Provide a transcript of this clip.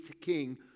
king